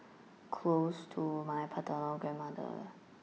close to my paternal grandmother